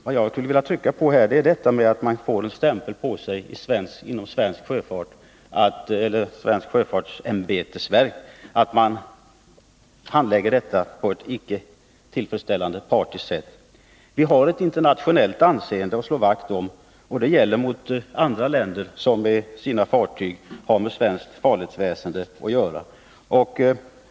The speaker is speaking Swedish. Vad jag skulle vilja trycka på här är att man inom det svenska sjöfartsämbetsverket har fått en stämpel på sig att man handlägger verksamheten på ett icke tillfredsställande, partiskt sätt. Sverige har ett internationellt anseende att slå vakt om, och det gäller gentemot andra länder som med sina fartyg har med svenskt farledsväsen att göra.